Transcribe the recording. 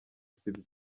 sibyo